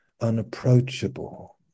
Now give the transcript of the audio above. unapproachable